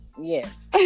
Yes